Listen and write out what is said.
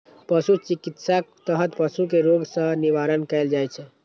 पशु चिकित्साक तहत पशु कें रोग सं निवारण कैल जाइ छै